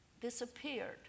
disappeared